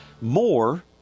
more